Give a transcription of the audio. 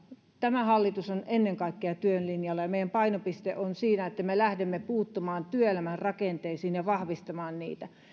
tämä hallitus on ennen kaikkea työn linjalla ja meidän painopisteemme on siinä että me lähdemme puuttumaan työelämän rakenteisiin ja vahvistamaan niitä